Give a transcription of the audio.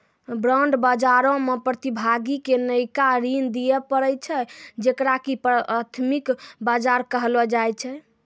bond बजारो मे प्रतिभागी के नयका ऋण दिये पड़ै छै जेकरा की प्राथमिक बजार कहलो जाय छै